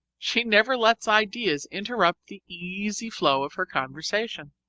she never lets ideas interrupt the easy flow of her conversation.